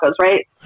right